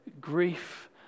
grief